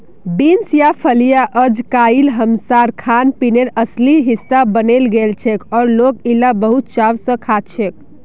beans या फलियां अइजकाल हमसार खानपीनेर असली हिस्सा बने गेलछेक और लोक इला बहुत चाव स खाछेक